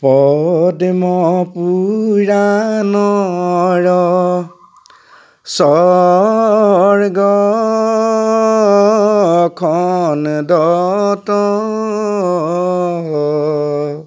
পদ্ম পূৰাণৰ স্বৰ্গখন দতয়